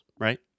right